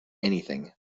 anything